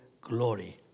glory